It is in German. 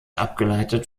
abgeleitet